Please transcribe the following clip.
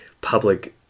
public